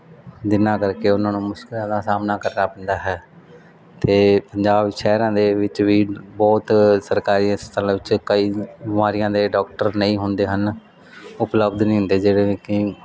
ਜਿਹਨਾਂ ਕਰਕੇ ਉਹਨਾਂ ਨੂੰ ਮੁਸ਼ਕਿਲਾਂ ਦਾ ਸਾਹਮਣਾ ਕਰਨਾ ਪੈਂਦਾ ਹੈ ਅਤੇ ਪੰਜਾਬ ਸ਼ਹਿਰਾਂ ਦੇ ਵਿੱਚ ਵੀ ਬਹੁਤ ਸਰਕਾਰੀ ਹਸਪਤਾਲਾਂ ਵਿੱਚ ਕਈ ਬਿਮਾਰੀਆਂ ਦੇ ਡਾਕਟਰ ਨਹੀਂ ਹੁੰਦੇ ਹਨ ਉਪਲਬਧ ਨਹੀਂ ਹੁੰਦੇ ਜਿਵੇਂ ਕਿ